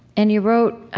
and you wrote